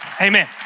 Amen